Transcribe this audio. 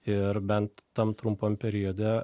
ir bent tam trumpam periode